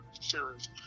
series